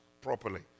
properly